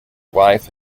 wife